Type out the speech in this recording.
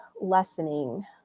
lessening